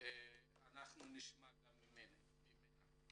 ואנחנו נשמע ממנה.